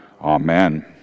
Amen